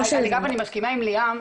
אני מסכימה עם ליאם.